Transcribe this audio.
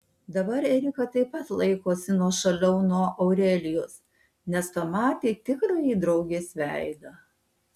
dabar erika taip pat laikosi nuošaliau nuo aurelijos nes pamatė tikrąjį draugės veidą